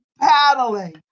paddling